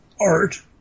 art